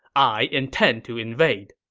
i intend to invade.